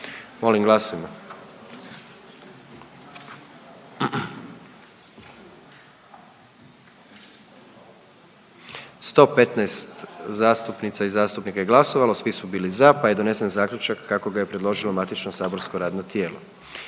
Glasovalo je 109 zastupnica i zastupnika, 106 za, 3 suzdržana i donesen zaključak kako ga je predložilo matično saborsko radno tijelo.